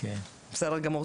בסדר גמור,